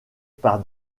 par